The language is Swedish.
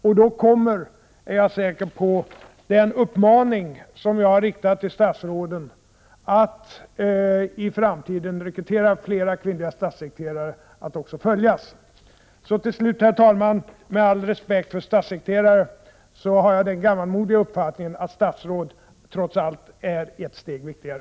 Och då, det är jag säker på, kommer den uppmaning som jag har riktat till statsråden, att i framtiden rekrytera fler kvinnliga statssekreterare, också att följas. Till slut, herr talman, med all respekt för statssekreterare har jag den gammalmodiga uppfattningen att statsråd trots allt är ett steg viktigare.